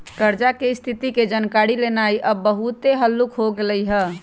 कर्जा की स्थिति के जानकारी लेनाइ अब बहुते हल्लूक हो गेल हइ